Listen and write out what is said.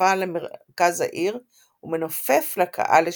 הצופה למרכז העיר ומנופף לקהל לשלום.